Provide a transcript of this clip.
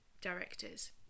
directors